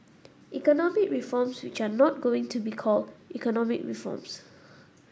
economic reforms which are not going to be called economic reforms